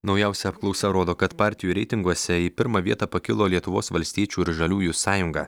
naujausia apklausa rodo kad partijų reitinguose į pirmą vietą pakilo lietuvos valstiečių ir žaliųjų sąjunga